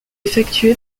effectué